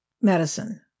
medicine